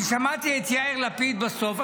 אני שמעתי את יאיר לפיד בסוף.